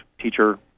teacher